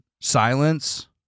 silence